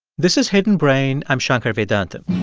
this is hidden brain. i'm shankar vedantam.